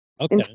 okay